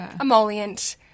emollient